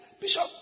Bishop